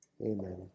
amen